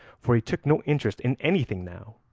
for he took no interest in anything now,